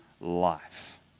life